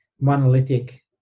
monolithic